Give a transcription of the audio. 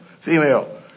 female